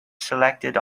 selected